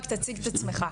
רק תציג את עצמך.